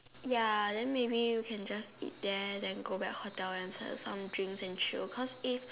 ya then maybe we can just eat there and then go back hotel and set up some drinks and chill because if